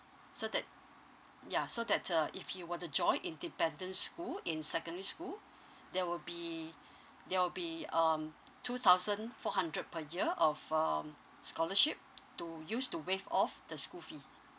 so that ya so that uh if you were to join independent school in secondary school there will be there will be um two thousand four hundred per year of um scholarship to use to waive off the school fee